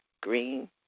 green